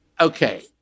okay